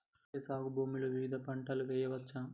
Okay సాగు భూమిలో వివిధ పంటలు వెయ్యచ్చా?